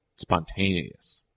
spontaneous